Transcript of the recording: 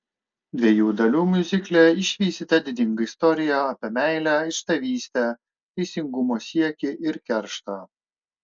dviejų dalių miuzikle išvysite didingą istoriją apie meilę išdavystę teisingumo siekį ir kerštą